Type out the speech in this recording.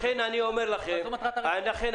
אני אומר לכם,